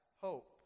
hope